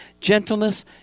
gentleness